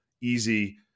easy